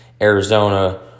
Arizona